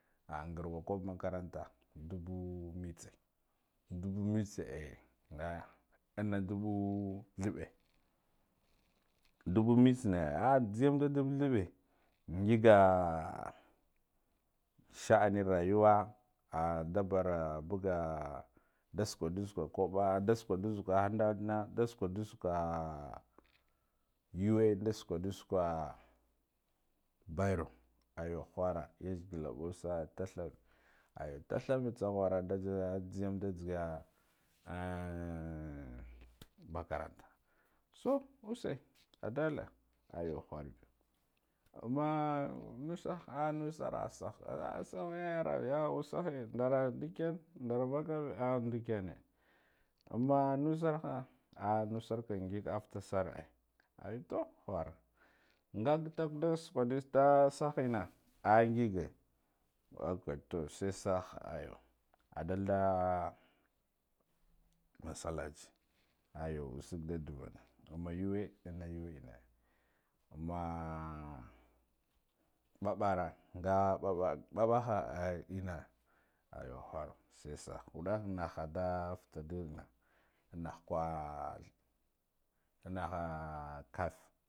Ah ngarwa kaɓ makaranta duba mtse dubu mts eh nga ina dubu ih eɓɓe dubu mits na ah ɗhiyem da dab yjeɓɓ ngiga sha ani rayuwa ta ah da bara buga da susdu sukwa koɓa ɗa suk wandu ha dadna da sakwadusukwa yuwa da sukawadun sukwa bairo ayo whara yizgila mɓo sa'a tatha ayo tatha ame tsaghara daza jhigem da jhiga ahh makaranta so use adala ayo wharba amma nusaha nusara asah asah yayara yaa a usahe ndara ndiken ndara vakagh a ndikene amma nusaha a nusar ka n ngiga afta sar ai ayo to whara nga ngig talk da suɗe da sah ina ai ngige okay to sesaha ayo adalda masalachi ayi usig da dulana amma yuwa wa yuwe amma ɓaɓara nga ɓaɓa ɓaɓaha ina ayo whoro se suhaho udah naha da futado na nahkwa naha kaf